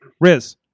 Riz